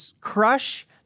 crush